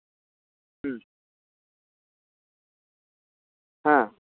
ᱦᱩᱸ ᱦᱮᱸ